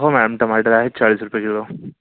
हो मॅम टमाटर आहेत चाळीस रुपये किलो